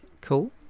Cool